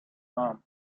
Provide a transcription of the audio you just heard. calm